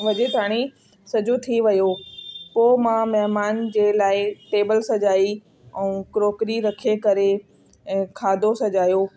वगे ताणी सॼो थी वियो पोइ मां मेहमान जे लाइ टेबल सजाई ऐं क्रोकरी रखे करे ऐं खाधो सॼायो